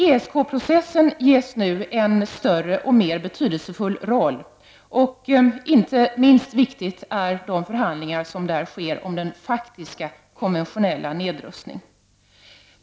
ESK-processen får nu en större och mera betydelsefull roll. Inte minst viktiga är de förhandlingar som där sker om den faktiska konventionella nedrustningen.